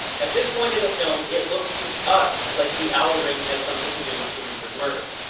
at this point in the film, it looks to us like the owl ring had something to do with teresa's murder.